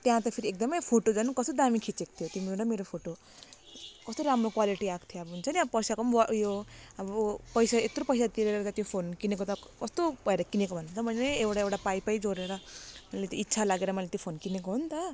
त्यहाँ त फेरि एकदमै फोटो त झन् कस्तो दामी खिचेको थियो तिम्रो र मेरो फोटो कस्तो राम्रो क्वालिटी आएको थियो अब हुन्छ नि अब पैसाको पनि उयो अब पैसा यत्रो पैसा तिरेर त्यो फोन किनेको त कस्तो भएर किनेको भन्नु त मैले एउटा एउटा पाइ पाइ जोडेर मैले त इच्छा लागेर मैले त्यो फोन किनेको हो नि त